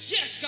Yes